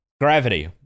gravity